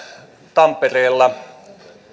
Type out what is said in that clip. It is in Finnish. tampereella